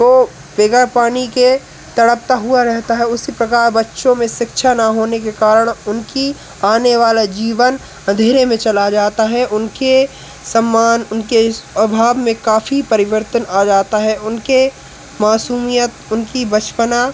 को बगैर पानी के तड़पता हुआ रहता है उसी प्रकार बच्चो में शिक्षा ना होने के करण उनकी आने वाला जीवन अंधेरे में चला जाता है उनके सम्मान उनके इ स्वभाव में काफी परिवर्तन आ जाता है उनके मासूमियत उनकी बचपना